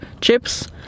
chips